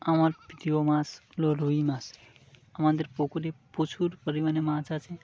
আমার প্রিয় মাছ হল রুই মাছ আমাদের পকুরে প্রচুর পরিমাণে মাছ আছে